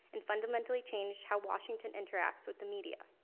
and fundamentally changed how washington interacts with the media.